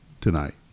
tonight